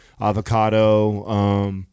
avocado